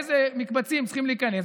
איזה מקבצים צריכים להיכנס,